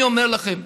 אני אומר לכם: